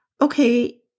okay